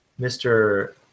Mr